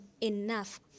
enough